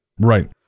right